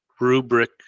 rubric